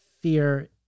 fear